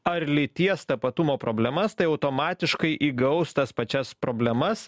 ar lyties tapatumo problemas tai automatiškai įgaus tas pačias problemas